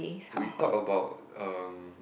we talk about um